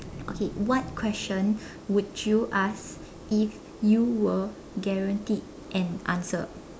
okay what question would you ask if you were guaranteed an answer